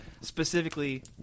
Specifically